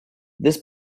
this